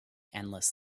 endless